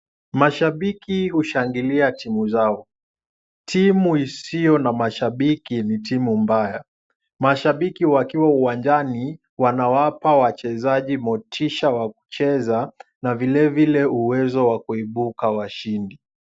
Mashabiki hushangilia timu zao. Timu isiyo na mashabiki ni timu mbaya. Mashabiki wakiwa uwanjani wanawapa wachezaji motisha wa kucheza na vilevile uwezo wa kuibuka washindi.